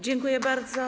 Dziękuję bardzo.